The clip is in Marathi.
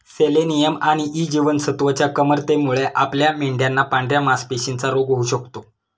सेलेनियम आणि ई जीवनसत्वच्या कमतरतेमुळे आपल्या मेंढयांना पांढऱ्या मासपेशींचा रोग होऊ शकतो